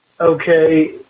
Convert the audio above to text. Okay